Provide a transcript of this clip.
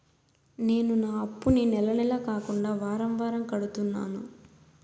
నేను నా అప్పుని నెల నెల కాకుండా వారం వారం కడుతున్నాను